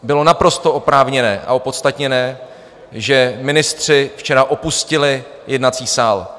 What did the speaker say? Bylo naprosto oprávněné a opodstatněné, že ministři včera opustili jednací sál.